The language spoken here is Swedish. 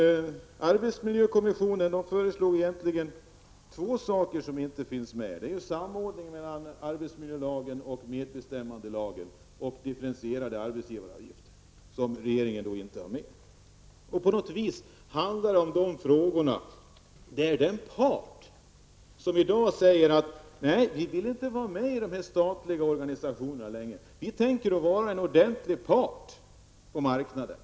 Arbetsmiljökommissionen föreslog egentligen två saker som inte finns med. Det gäller samordningen mellan arbetsmiljölagen och medbestämmandelagen och differentierade arbetsgivaravgifter. Detta har regeringen inte med. Det handlar om de frågor där en part i dag säger: ''Nej, vi vill inte vara med i dessa statliga organisationer längre. Vi tänker vara en ordentlig part på marknaden.